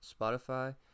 Spotify